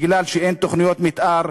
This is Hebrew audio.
מפני שאין תוכניות מתאר,